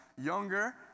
younger